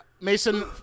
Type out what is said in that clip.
Mason